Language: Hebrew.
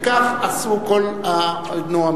וכך עשו כל הנואמים.